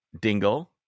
Dingle